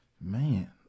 Man